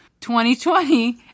2020